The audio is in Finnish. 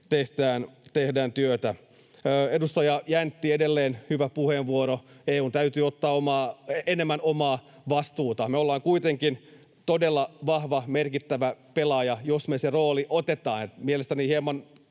tehdään työtä. Edustaja Jäntti, edelleen hyvä puheenvuoro. EU:n täytyy ottaa enemmän omaa vastuuta. Me ollaan kuitenkin todella vahva, merkittävä pelaaja, jos me se rooli otetaan. Mielestäni hieman